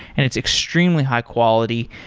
and it's extremely high quality.